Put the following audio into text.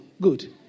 Good